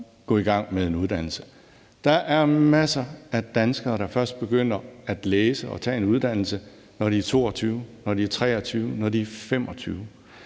gå i gang med en uddannelse. Der er masser af danskere, der først begynder at læse og tage en uddannelse, når de er 22, 23, 25